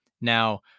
Now